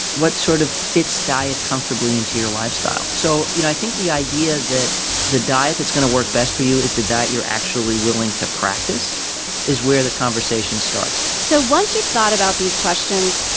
what sort of fits diet comfortably into your lifestyle? so, you know, i think the idea idea that the diet that's going to work best for you is the diet you're actually willing to practice is where the conversation starts so once you've thought about these questions,